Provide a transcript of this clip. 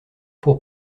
pour